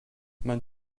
man